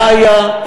מה היה,